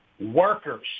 workers